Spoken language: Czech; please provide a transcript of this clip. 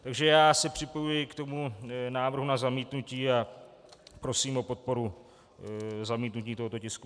Takže já se připojuji k tomu návrhu na zamítnutí a prosím o podporu zamítnutí tohoto tisku.